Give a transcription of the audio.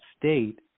state